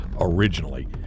originally